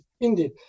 indeed